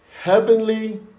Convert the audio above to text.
Heavenly